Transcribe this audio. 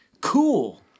cool